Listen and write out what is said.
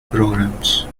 programs